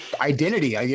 identity